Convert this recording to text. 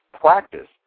practice